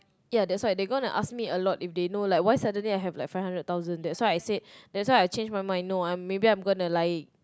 ya that's why they gonna ask me a lot if they know like why I suddenly have like five hundred thousand that's why I said that's why I change my mind no I'm maybe I'm gonna like